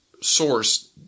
source